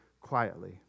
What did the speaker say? quietly